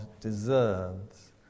deserves